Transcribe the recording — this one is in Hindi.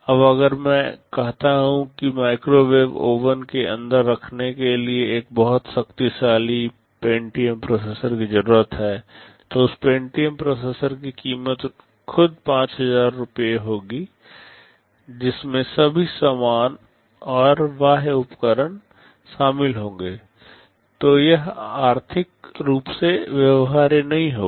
अब अगर मैं कहता हूं कि मुझे माइक्रोवेव ओवन के अंदर रखने के लिए एक बहुत शक्तिशाली पेंटियम प्रोसेसर की जरूरत है तो उस पेंटियम प्रोसेसर की कीमत खुद 5000 रुपये होगी जिसमें सभी सामान और बाह्य उपकरण शामिल होंगे तो यह आर्थिक रूप से व्यवहार्य नहीं होगा